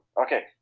Okay